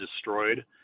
destroyed